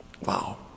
Wow